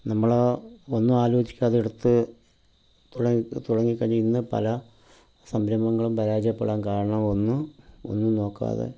നമ്മള് ഒന്നും ആലോചിക്കാതെ എടുത്ത് തുട തുടങ്ങിക്കഴിഞ്ഞാൽ ഇന്ന് പല സംരംഭങ്ങളും പരാജയപ്പെടാൻ കാരണം ഒന്ന് ഒന്നും നോക്കാതെ